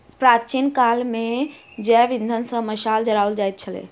प्राचीन काल मे जैव इंधन सॅ मशाल जराओल जाइत छलै